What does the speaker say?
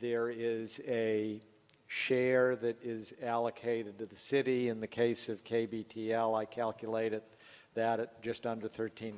there is a share that is allocated to the city in the case of k b t l i calculate it that it just under thirteen